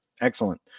excellent